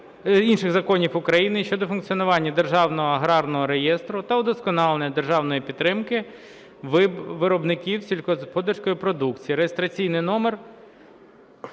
інших законів України щодо функціонування Державного аграрного реєстру та удосконалення державної підтримки виробників сільськогосподарської продукції (номер